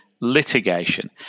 litigation